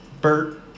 Bert